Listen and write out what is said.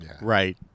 Right